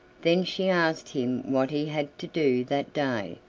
then she asked him what he had to do that day.